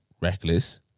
reckless